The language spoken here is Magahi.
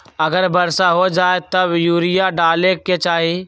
अगर वर्षा हो जाए तब यूरिया डाले के चाहि?